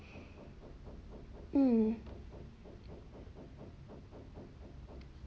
hmm